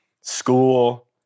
school